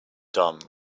dumb